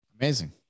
Amazing